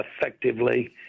effectively